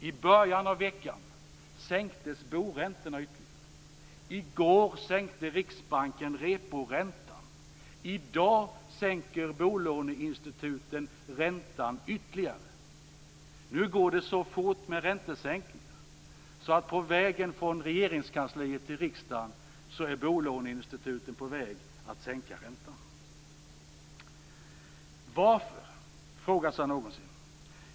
I början av veckan sänktes boräntorna ytterligare. I går sänkte Riksbanken reporäntan. I dag sänker bolåneinstituten räntan ytterligare. Nu går det så fort med räntesänkningar att medan jag går från Regeringskansliet till riksdagen är bolåneinstituten på väg att sänka räntan. Varför? frågar någon sig.